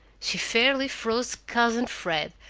she fairly froze cousin fred,